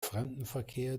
fremdenverkehr